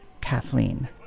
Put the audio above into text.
Kathleen